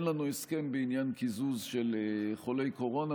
לנו הסכם בעניין קיזוז של חולי קורונה,